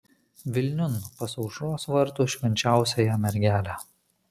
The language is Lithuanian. vilniun pas aušros vartų švenčiausiąją mergelę